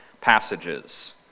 passages